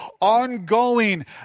ongoing